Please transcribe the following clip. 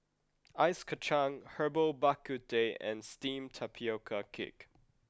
ice Kachang Herbal Bak Ku Teh and steamed Tapioca cake